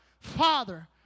Father